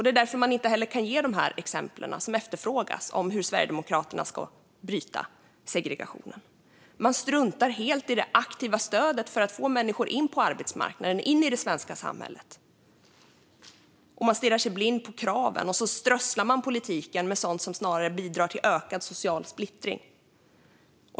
Det är därför man inte kan ge de exempel som efterfrågas om hur Sverigedemokraterna ska bryta segregationen. Man struntar helt i det aktiva stödet för att få människor in på arbetsmarknaden, in i det svenska samhället. Man stirrar sig blind på kraven och strösslar sedan politiken med sådant som snarare bidrar till ökad social splittring.